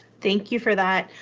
thank you for that.